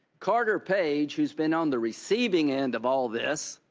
carter page, who has been on the receiving end of all of this,